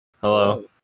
hello